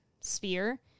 sphere